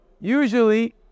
Usually